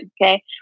okay